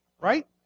right